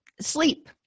Sleep